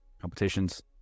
competitions